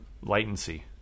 latency